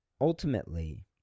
Ultimately